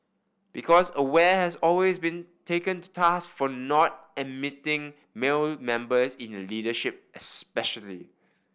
because Aware has always been taken to task for not admitting male members in the leadership especially